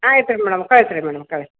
ಆಯ್ತು ರೀ ಮೇಡಮ್ ಕಳ್ಸಿ ರೀ ಮೇಡಮ್ ಕಳ್